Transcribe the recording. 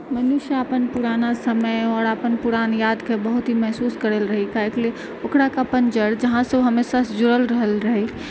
मनुष्य अपन पुराना समय आओर अपन पुरान याद के बहुत ही महसूस करैले रहै काहेके लिए ओकराके अपन जड़ जहाँ सँ ओ हमेशा सँ जुड़ल रहल रहै